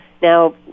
Now